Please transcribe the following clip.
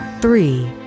three